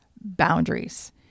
boundaries